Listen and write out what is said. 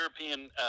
European